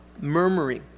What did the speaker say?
murmuring